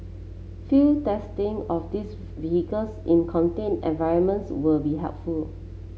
field testing of these vehicles in contained environments will be helpful